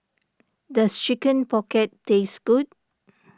does Chicken Pocket taste good